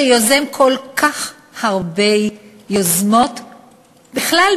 שיוזם כל כך הרבה יוזמות בכלל,